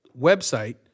website